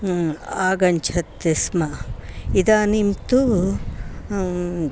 आगच्छन्ति स्म इदानीं तु